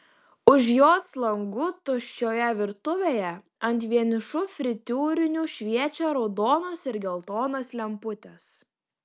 už jos langų tuščioje virtuvėje ant vienišų fritiūrinių šviečia raudonos ir geltonos lemputės